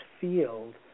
field